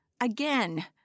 Again